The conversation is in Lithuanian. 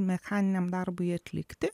mechaniniam darbui atlikti